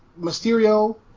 Mysterio